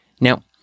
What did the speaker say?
Now